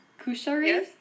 kushari